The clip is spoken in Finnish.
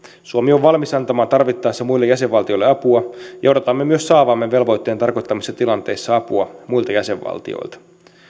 suomi on valmis antamaan tarvittaessa muille jäsenvaltioille apua ja odotamme myös saavamme velvoitteen tarkoittamissa tilanteissa apua muilta jäsenvaltioilta